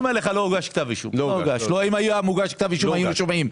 אם היה מוגש, היינו שומעים.